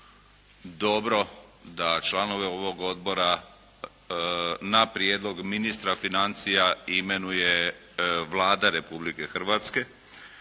dobro da članove ovoga odbora na prijedlog ministra financija imenuje Vlada Republike Hrvatske.